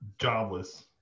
jobless